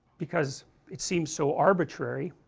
because it seems so arbitrary,